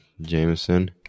Jameson